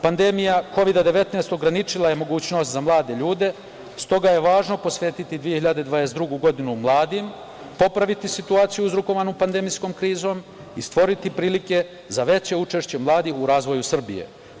Pandemija Kovid-19 ograničila je mogućnost za mlade ljude, stoga je važno posvetiti 2022. godinu mladima, popraviti situaciju uzrokovanu pandemijskom krizom i stvoriti prilike za veće učešće mladih u razvoju Srbije.